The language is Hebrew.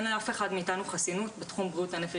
לאף אחד מאיתנו אין חסינות בתחום בריאות הנפש,